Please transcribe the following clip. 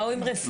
באו עם רפורמות,